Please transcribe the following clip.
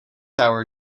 tower